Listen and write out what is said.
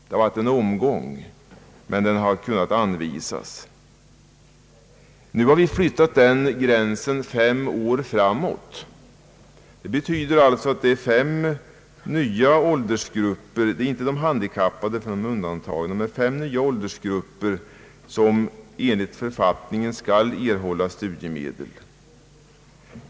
Det har varit en omgång, men det tillvägagångssättet har kunnat användas. Nu har vi flyttat gränsen fem år framåt. Det betyder alltså att det är fem nya åldersgrupper — de handikappade är undantagna — som enligt författningen skall erhålla studiemedel.